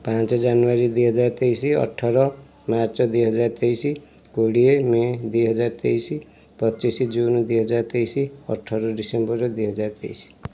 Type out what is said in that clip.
ପାଞ୍ଚ ଜାନୁୟାରୀ ଦୁଇ ହଜାର ତେଇଶ ଅଠର ମାର୍ଚ୍ଚ୍ ଦୁଇ ହଜାର ତେଇଶ କୋଡ଼ିଏ ମେ ଦୁଇ ହଜାର ତେଇଶ ପଚିଶ ଜୁନ୍ ଦୁଇ ହଜାର ତେଇଶ ଅଠର ଡିସେମ୍ବର ଦୁଇ ହଜାର ତେଇଶ